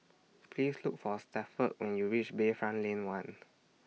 Please Look For Stafford when YOU REACH Bayfront Lane one